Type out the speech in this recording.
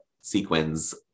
sequins